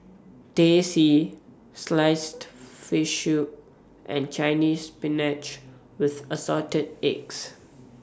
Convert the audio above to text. Teh C Sliced Fish Soup and Chinese Spinach with Assorted Eggs